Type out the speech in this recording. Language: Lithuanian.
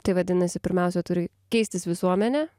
tai vadinasi pirmiausia turi keistis visuomenė